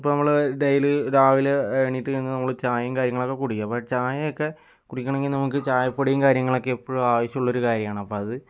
ഇപ്പോൾ നമ്മൾ ഡെയിലി രാവിലെ എണീറ്റ് കഴിഞ്ഞാൽ നമ്മള് ചായയും കാര്യങ്ങളൊക്കെ കൊടുക്കും അപ്പോൾ ചായയൊക്കെ കുടിക്കുകയാണെങ്കിൽ നമുക്ക് ചായപ്പൊടിയും കാര്യങ്ങളൊക്കെ നമുക്ക് എപ്പോഴും അവശ്യമുള്ളൊരു കാര്യമാണ് അപ്പോൾ അത്